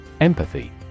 Empathy